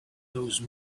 those